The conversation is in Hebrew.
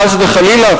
חס וחלילה,